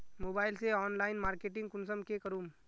Mobile से online marketing कुंसम के करूम?